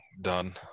done